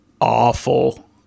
awful